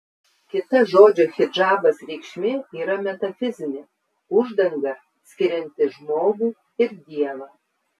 kita žodžio hidžabas reikšmė yra metafizinė uždanga skirianti žmogų ir dievą